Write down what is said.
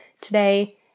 today